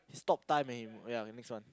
stop time and you know ya the next one